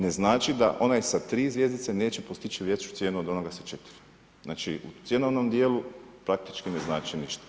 Ne znači da onaj sa 3 zvjezdice neće postići veću cijenu od onoga sa 4. Znači, u cjenovnom dijelu praktički ne znači ništa.